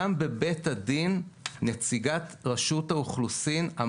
גם בבית הדין נציגת רשות האוכלוסין וההגירה